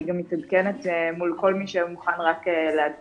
אני גם מתעדכנת מול כל מי שמוכן רק לעדכן,